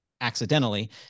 accidentally